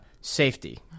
safety